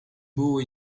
beau